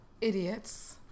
idiots